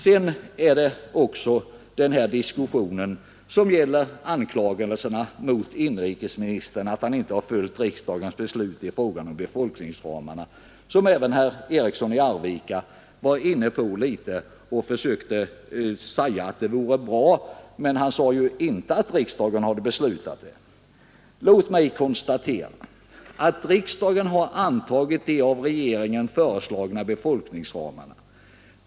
Sedan några ord om anklagelserna mot inrikesministern för att inte ha följt riksdagens beslut i fråga om befolkningsramarna. Även herr Eriksson i Arvika var inne på det och försökte säga att det hade varit bra om statsrådet hade inriktat sig på de högre befolkningstalen, men herr Eriksson sade inte att riksdagen hade beslutat om detta. Låt mig konstatera att riksdagen har antagit de av regeringen föreslagna befolkningsramarna.